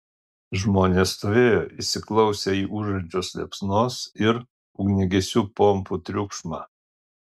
žmonės stovėjo įsiklausę į ūžiančios liepsnos ir ugniagesių pompų triukšmą